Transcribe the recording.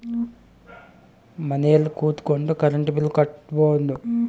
ಮನೆಲ್ ಕುತ್ಕೊಂಡ್ current bill ಕಟ್ಬೊಡು